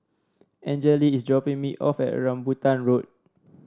Anjali is dropping me off at Rambutan Road